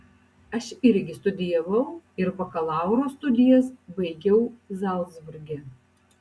aš irgi studijavau ir bakalauro studijas baigiau zalcburge